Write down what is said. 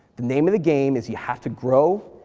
the name of the game is you have to grow,